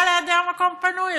בגלל היעדר מקום פנוי.